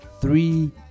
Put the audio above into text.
Three